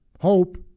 hope